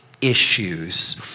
issues